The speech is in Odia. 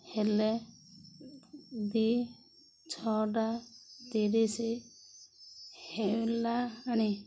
ହେଲେ ଦି ଛଅଟା ତିରିଶି ହେଲାଣି